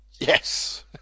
Yes